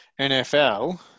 NFL